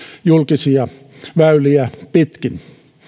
julkisia väyliä pitkin